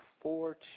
four